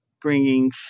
bringing